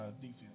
defense